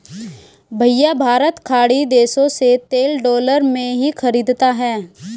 भैया भारत खाड़ी देशों से तेल डॉलर में ही खरीदता है